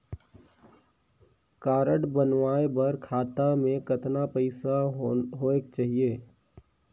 Card बनवाय बर खाता मे कतना पईसा होएक चाही?